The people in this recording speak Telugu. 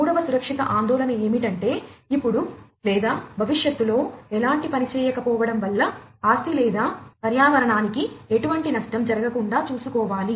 మూడవ సురక్షిత ఆందోళన ఏమిటంటే ఇప్పుడు లేదా భవిష్యత్తులో ఎలాంటి పనిచేయకపోవడం వల్ల ఆస్తి లేదా పర్యావరణానికి ఎటువంటి నష్టం జరగకుండా చూసుకోవాలి